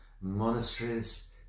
monasteries